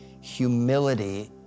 humility